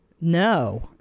No